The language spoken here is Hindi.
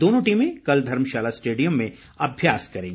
दोनों टीमें कल धर्मशाला स्टेडियम में अभ्यास करेंगी